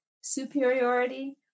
superiority